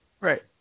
Right